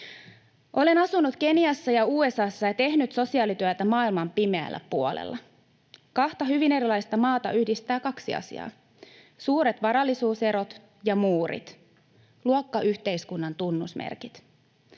Olen asunut Keniassa ja USA:ssa ja tehnyt sosiaalityötä maailman pimeällä puolella. Kahta hyvin erilaista maata yhdistää kaksi asiaa: suuret varallisuuserot ja muurit, luokkayhteiskunnan tunnusmerkit.